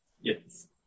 Yes